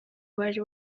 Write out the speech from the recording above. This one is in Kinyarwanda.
wari